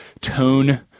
tone-